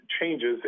changes